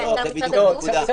זאת בדיוק הנקודה.